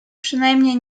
przynajmniej